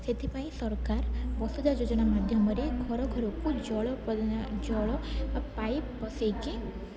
ସେଥିପାଇଁ ସରକାର ବସୁଧା ଯୋଜନା ମାଧ୍ୟମରେ ଘର ଘରକୁ ଜଳ ପ୍ରଦାନ ଜଳ ବା ପାଇପ୍ ବସେଇକି